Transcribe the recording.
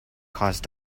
cause